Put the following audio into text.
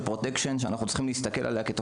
Protection וכך גם צריך להסתכל עליה.